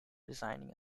designing